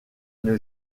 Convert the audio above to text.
une